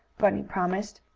bunny promised.